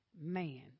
Man